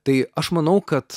tai aš manau kad